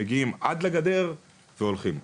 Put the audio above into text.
שמגיעים עד לגדר והולכים.